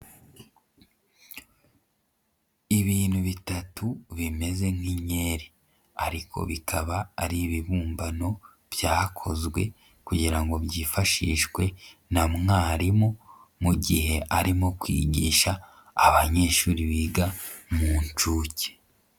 Ibintu bitatu bimeze nk'inkeri ariko bikaba ari ibibumbano byakozwe kugira ngo byifashishwe na mwarimu, mu gihe arimo kwigisha abanyeshuri biga mu nshuke.